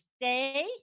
stay